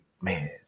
man